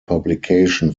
publication